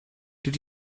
did